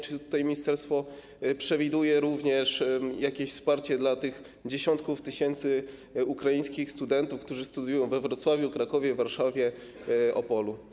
Czy ministerstwo przewiduje również jakieś wsparcie dla tych dziesiątków tysięcy ukraińskich studentów, którzy studiują we Wrocławiu, w Krakowie, Warszawie, Opolu?